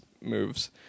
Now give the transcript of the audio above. moves